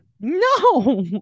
No